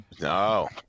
No